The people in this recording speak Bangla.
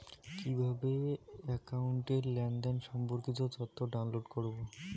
কিভাবে একাউন্টের লেনদেন সম্পর্কিত তথ্য ডাউনলোড করবো?